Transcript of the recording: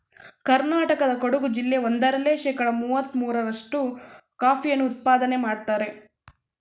ಕರ್ನಾಟಕದ ಕೊಡಗು ಜಿಲ್ಲೆ ಒಂದರಲ್ಲೇ ಶೇಕಡ ಮುವತ್ತ ಮೂರ್ರಷ್ಟು ಕಾಫಿಯನ್ನು ಉತ್ಪಾದನೆ ಮಾಡ್ತರೆ